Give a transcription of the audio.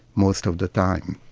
most of the time.